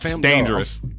dangerous